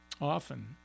Often